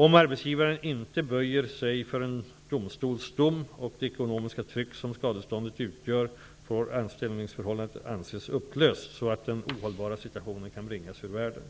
Om arbetsgivaren inte böjer sig för en domstols dom och det ekonomiska tryck som skadeståndet utgör, får anställningsförhållandet anses upplöst så att den ohållbara situationen kan bringas ur världen.